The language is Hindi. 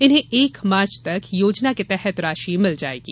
इन्हें एक मार्च तक योजना के तहत राशि मिल जायेगी